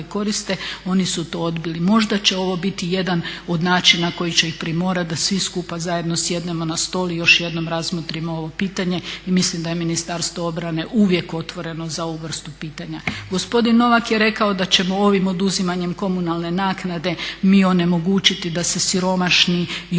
koriste, oni su to odbili. Možda će ovo biti jedan od načina koji će ih primorati da svi skupa zajedno sjednemo na stol i još jednom razmotrimo ovo pitanje. I mislim da je Ministarstvo obrane uvijek otvoreno za ovu vrstu pitanja. Gospodin Novak je rekao da ćemo ovim oduzimanjem komunalne naknade mi onemogućiti da se siromašni i